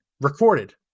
recorded